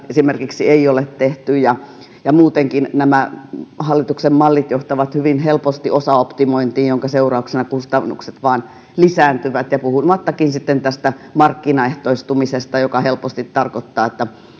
esimerkiksi kustannusarvioita ei ole tehty ja ja muutenkin nämä hallituksen mallit johtavat hyvin helposti osaoptimointiin jonka seurauksena kustannukset vain lisääntyvät puhumattakaan sitten tästä markkinaehtoistumisesta joka helposti tarkoittaa